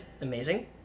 amazing